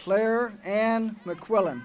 player and mcclellan